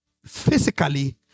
physically